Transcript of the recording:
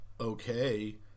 okay